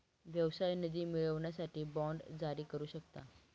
व्यवसाय निधी मिळवण्यासाठी बाँड जारी करू शकता